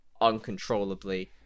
Uncontrollably